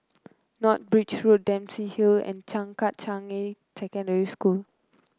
North Bridge Road Dempsey Hill and Changkat Changi Secondary School